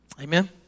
Amen